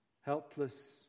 helpless